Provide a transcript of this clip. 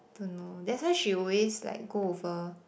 don't know that's why she always like go over